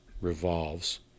revolves